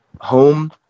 Home